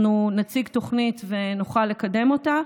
אנחנו נציג תוכנית ונוכל לקדם אותה.